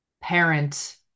parent